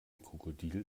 krokodil